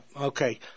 Okay